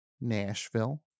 Nashville